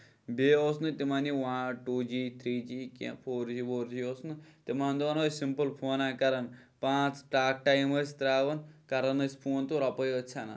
بیٚیہِ اوس نہٕ تِمن یِوان ٹوٗ جی تھری جی کیٚنٛہہ فور جی وور جی اوس نہٕ تِمن دوٚہن ٲسۍ سِمپٕل فونہ کران پانٛژھ ٹاک ٹایم ٲسۍ تراوان کران ٲسۍ فون تہٕ رۄپے ٲسۍ ژَیٚنان